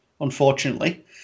unfortunately